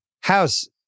House